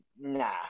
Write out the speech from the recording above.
Nah